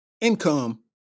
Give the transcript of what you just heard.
income